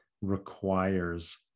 requires